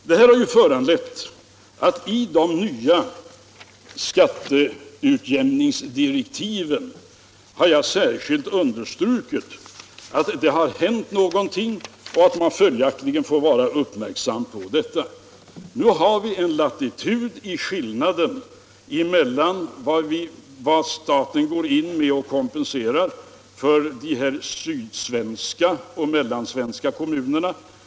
Detta har föranlett att jag i de Tisdagen den nya skatteutjämningsdirektiven särskilt har understrukit att någonting 9 december 1975 har hänt och att man följaktligen får vara uppmärksam på detta. Nu har vi en latitud i skillnaden mellan vad staten går in med för Den allmänna att kompensera de sydsvenska och de mellansvenska kommunerna.